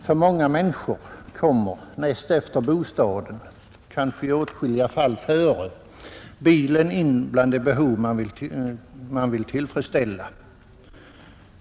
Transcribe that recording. För många människor kommer näst efter bostad, kanske i åtskilliga fall före, bilen in bland de behov som man vill tillfredsställa.